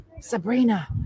Sabrina